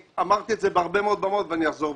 אמרתי את זה מעל הרבה מאוד במות ואני אחזור ואומר.